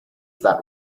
that